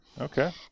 Okay